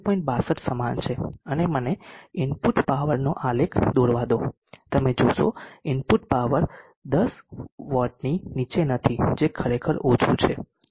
62 સમાન છે અને મને ઇનપુટ પાવરનો આલેખ દોરવા દો તમે જોશો ઇનપુટ પાવર 10 વોટની નીચે નથી જે ખરેખર ઓછું છે